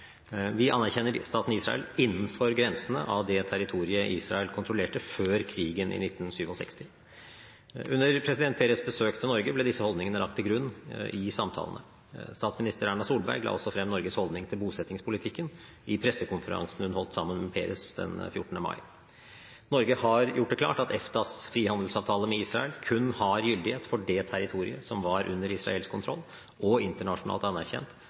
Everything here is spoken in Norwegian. innenfor grensene av det territoriet Israel kontrollerte før krigen i 1967. Under president Peres’ besøk til Norge ble disse holdningene lagt til grunn i samtalene. Statsminister Erna Solberg la også frem Norges holdning til bosettingspolitikken i pressekonferansen hun holdt sammen med Peres den 14. mai. Norge har gjort det klart at EFTAs frihandelsavtale med Israel kun har gyldighet for det territoriet som var under israelsk kontroll og internasjonalt anerkjent